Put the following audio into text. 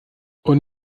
und